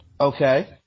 Okay